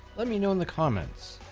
let me know in the comments.